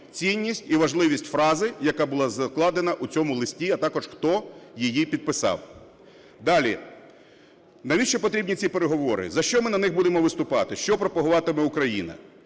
цінність і важливість фрази, яка була закладена в цьому листі, а також хто її підписав. Далі, навіщо потрібні ці переговори, за що ми на них будемо виступати, що пропагуватиме Україна?